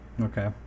okay